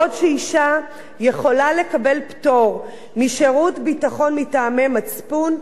בעוד אשה יכולה לקבל פטור משירות ביטחון מטעמי מצפון,